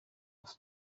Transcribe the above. ist